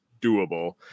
doable